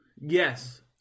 Yes